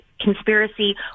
conspiracy